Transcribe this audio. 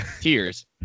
tears